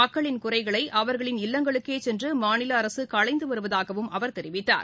மக்களின் குறைகளை அவர்களின் இல்லங்களுக்கே சென்று மாநில அரசு களைந்து வருவதாகவும் அவர் தெரிவித்தார்